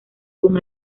con